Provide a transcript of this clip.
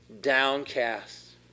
downcast